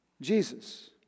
Jesus